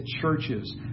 churches